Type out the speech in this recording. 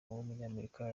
w’umunyamerika